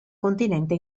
continente